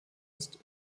ist